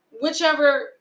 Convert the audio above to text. whichever